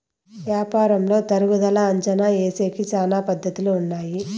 యాపారంలో తరుగుదల అంచనా ఏసేకి శ్యానా పద్ధతులు ఉన్నాయి